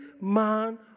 man